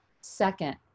second